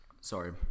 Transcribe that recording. Sorry